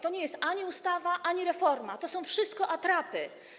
To nie jest ani ustawa, ani reforma, to są wszystko atrapy.